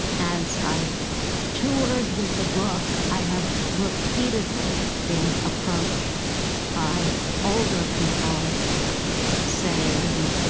as i've toured with the book, i have repeatedly been approached by older people saying,